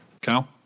Cal